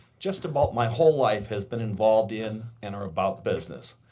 just about my whole life has been involved in and or about business.